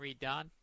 redone